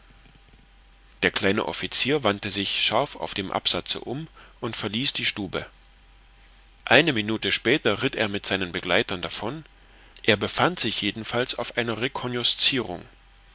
der kleine offizier wandte sich scharf auf dem absatze um und verließ die stube eine minute später ritt er mit seinen begleitern davon er befand sich jedenfalls auf einer